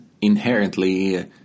inherently